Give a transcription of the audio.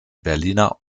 berliner